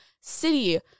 city